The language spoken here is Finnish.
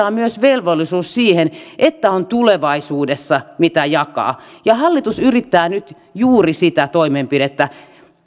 on myös velvollisuus siihen että on tulevaisuudessa mitä jakaa ja hallitus yrittää nyt juuri sitä toimenpidettä